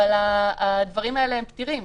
אבל הדברים האלה פתירים.